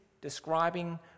describing